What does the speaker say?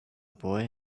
boy